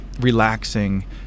relaxing